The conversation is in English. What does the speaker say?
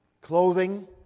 clothing